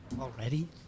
Already